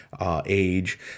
age